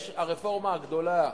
והרפורמה הגדולה,